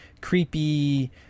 creepy